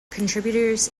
contributors